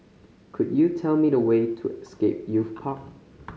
could you tell me the way to Scape Youth Park